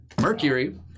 Mercury